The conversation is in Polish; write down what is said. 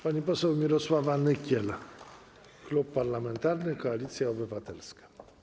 Pani poseł Mirosława Nykiel, Klub Parlamentarny Koalicja Obywatelska.